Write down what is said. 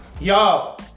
Yo